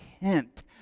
hint